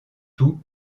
tout